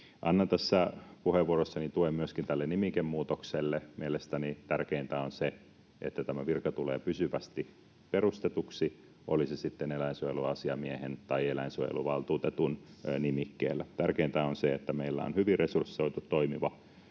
Annan tässä puheenvuorossani tuen myöskin tälle nimikemuutokselle. Mielestäni tärkeintä on se, että tämä virka tulee pysyvästi perustetuksi, oli se sitten eläinsuojeluasiamiehen tai eläinsuojeluvaltuutetun nimikkeellä. Tärkeintä on, että meillä on hyvin resursoitu, toimiva